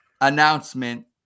announcement